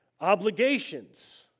obligations